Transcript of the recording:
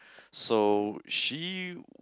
so she